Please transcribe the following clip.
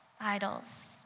idols